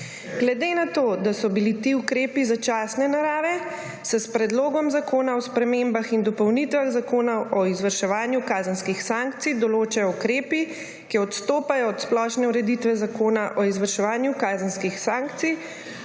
Glede na to, da so bili ti ukrepi začasne narave, se s Predlogom zakona o spremembah in dopolnitvah Zakona o izvrševanju kazenskih sankcij določajo ukrepi, ki odstopajo od splošne ureditve Zakona o izvrševanju kazenskih sankcij.